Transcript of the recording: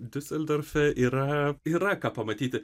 diuseldorfe yra yra ką pamatyti